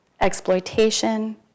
exploitation